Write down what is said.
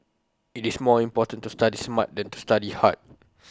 IT is more important to study smart than to study hard